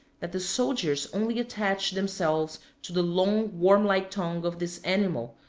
that the soldiers only attach themselves to the long worm-like tongue of this animal,